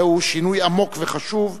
זהו שינוי עמוק וחשוב,